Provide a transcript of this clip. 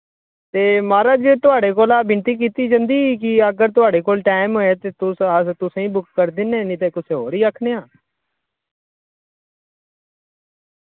ते माराज थुआढ़े कोला बिनती कीती जंदी कि अगर थुआढ़े कोल टैम ऐ ते तुस अस तुसें बुक करी दिन्ने निं ते कुसे होर ही आक्खने आं